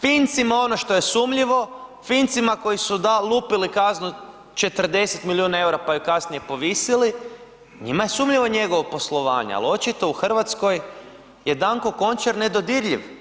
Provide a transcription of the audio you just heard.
Fincima ono što je sumnjivo, Fincima koji su lupili kaznu 40 milijuna EUR-a pa ju kasnije povisili, njima je sumnjivo njegovo poslovanje, ali očito u Hrvatskoj je Danko Konačar nedodirljiv.